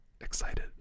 excited